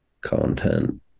content